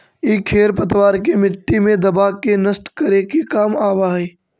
इ खेर पतवार के मट्टी मे दबा के नष्ट करे के काम आवऽ हई